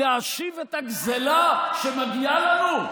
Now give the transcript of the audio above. להשיב את הגזלה שמגיעה לנו?